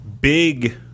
big